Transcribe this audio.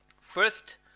first